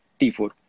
T4